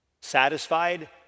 Satisfied